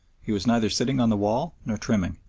he was neither sitting on the wall nor trimming.